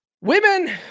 Women